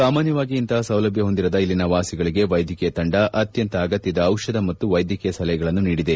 ಸಾಮಾನ್ಥವಾಗಿ ಇಂತಹ ಸೌಲಭ್ಯ ಹೊಂದಿರದ ಇಲ್ಲಿನ ವಾಸಿಗಳಿಗೆ ವೈದ್ಯಕೀಯ ತಂಡ ಅತ್ಯಂತ ಅಗತ್ಯದ ಬಿಷಧ ಮತ್ತು ವೈದ್ಯಕೀಯ ಸಲಹೆಯನ್ನು ನೀಡಿದೆ